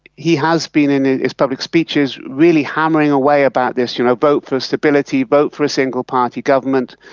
he has been in his public speeches really hammering away about this, you know, vote for stability, vote for a single party government,